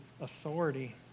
authority